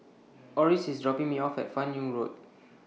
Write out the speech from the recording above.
Oris IS dropping Me off At fan Yoong Road